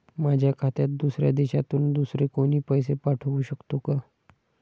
माझ्या खात्यात दुसऱ्या देशातून दुसरे कोणी पैसे पाठवू शकतो का?